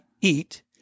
eat